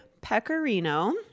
Pecorino